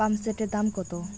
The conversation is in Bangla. পাম্পসেটের দাম কত?